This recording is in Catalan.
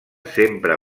sempre